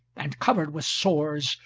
and covered with sores,